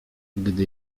gdy